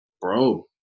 bro